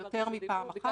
כן, יותר מפעם אחת.